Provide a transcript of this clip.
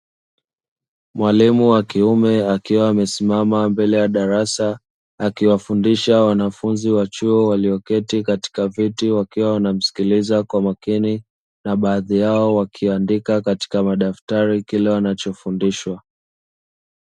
Mwalimu wa kiume akiwa amesimama mbele ya darasa, akiwafundisha wanafunzi wa chuo walioketi katika viti wakiwa wanamsikiliza kwa makini na baadhi yao wakiandika katika madaftari kila wanachofundishwa.